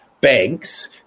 banks